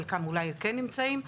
חלקם אולי כן נמצאים,